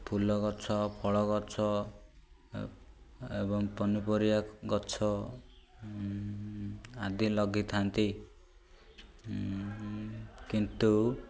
ଫୁଲ ଗଛ ଫଳ ଗଛ ଏବଂ ପନିପରିବା ଗଛ ଆଦି ଲଗେଇଥାନ୍ତି କିନ୍ତୁ